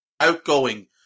outgoing